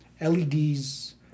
LEDs